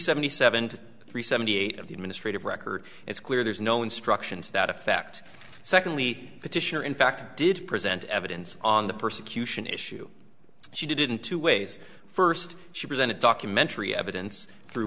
seventy seventy three seventy eight of the administrative record it's clear there's no instruction to that effect secondly petitioner in fact did present evidence on the persecution issue she didn't two ways first she presented documentary evidence through